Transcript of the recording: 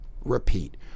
repeat